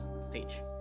Stage